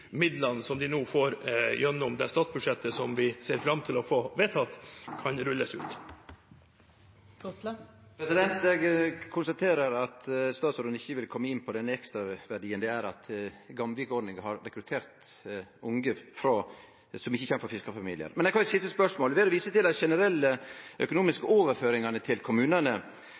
som de nå får gjennom det statsbudsjettet som vi ser fram til å få vedtatt og rullet ut. Eg konstaterer at statsråden ikkje vil kome inn på den ekstraverdien det er at Gamvik-ordninga har rekruttert unge som ikkje kjem frå fiskarfamiliar. Men eg har eit siste spørsmål. Ved å vise til dei generelle økonomiske overføringane til kommunane